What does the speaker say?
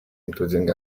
including